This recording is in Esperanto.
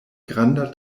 granda